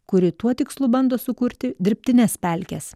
kuri tuo tikslu bando sukurti dirbtines pelkes